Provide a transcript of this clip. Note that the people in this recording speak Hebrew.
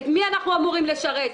לשכוח את מי אתם אמורים לשרת.